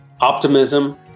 optimism